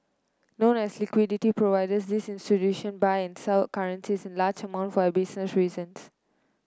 known as liquidity providers these institution buy and sell currencies in large amount for business reasons